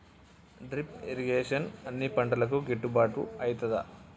Drip irrigation అన్ని పంటలకు గిట్టుబాటు ఐతదా?